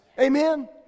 Amen